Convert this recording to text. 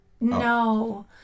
No